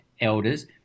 elders